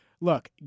Look